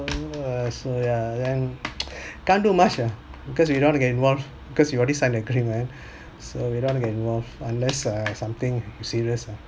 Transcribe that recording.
so ya then can't do much ah because you don't want to get involved because you already signed the agreement so we don't want to get involved unless something serious ah